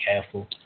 careful